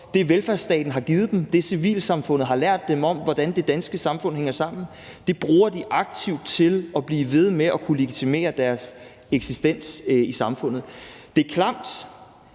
som velfærdsstaten har givet dem, og det, som civilsamfundet har lært dem om, hvordan det danske samfund hænger sammen, til at blive ved med at kunne legitimere deres eksistens i samfundet.